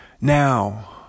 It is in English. now